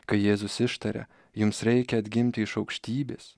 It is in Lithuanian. kai jėzus ištarė jums reikia atgimti iš aukštybės